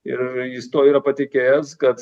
ir jis tuo yra patikėjęs kad